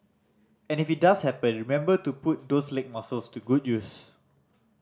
and if it does happen remember to put those leg muscles to good use